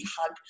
hug